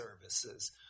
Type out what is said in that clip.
services